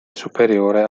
superiore